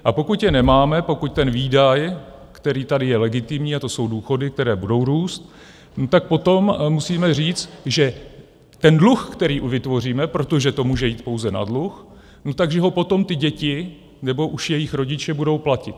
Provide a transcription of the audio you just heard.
A pokud je nemáme, pokud ten výdaj, který tady je legitimní, a to jsou důchody, které budou růst, tak potom musíme říct, že ten dluh, který vytvoříme, protože to může jít pouze na dluh, tak že ho potom ty děti nebo už jejich rodiče budou platit.